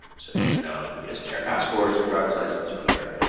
so even though he doesn't share passports or driver's license or whatever,